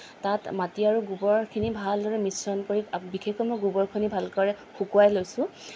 তাত মাটি আৰু গোবৰখিনি ভালদৰে মিশ্ৰণ কৰি বিশেষকৈ মই গোবৰখিনি ভালকৰে শুকুৱাই লৈছোঁ